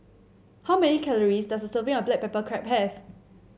how many calories does a serving of Black Pepper Crab have